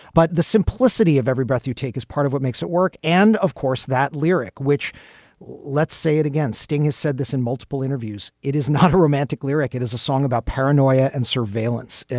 but the simplicity of every breath you take is part of what makes it work. and of course, that lyric, which let's say it again, sting has said this in multiple interviews. it is not a romantic lyric. it is a song about paranoia and surveillance.